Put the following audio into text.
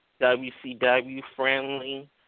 WCW-friendly